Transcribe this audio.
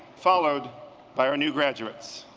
followed by our new graduates.